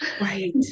Right